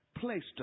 placed